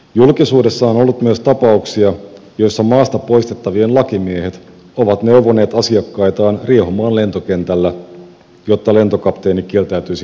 julkisuudessa on ollut myös tapauksia joissa maasta poistettavien lakimiehet ovat neuvoneet asiakkaitaan riehumaan lentokentällä jotta lentokapteeni kieltäytyisi ottamasta heitä kyytiin